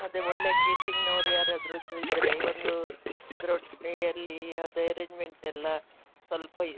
ಅದೆ ಒಳ್ಳೆ ಕೇಟ್ರಿಂಗ್ನವರು ಯರಾದರು ಸಹ ಇದ್ದರೆ ಒಂದು ಅದ್ರದ್ದು ಎಲ್ಲಿ ಅದ್ರ ಅರೆಜ್ಮೆಂಟ್ ಎಲ್ಲ ಸ್ವಲ್ಪ ಈ